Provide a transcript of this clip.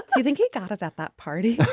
do you think he got it at that party.